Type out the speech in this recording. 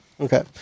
Okay